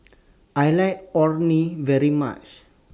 I like Orh Nee very much